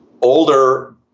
older